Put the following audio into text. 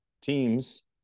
teams